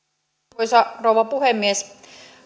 arvoisa rouva puhemies